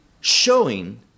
showing